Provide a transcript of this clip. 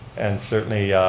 and certainly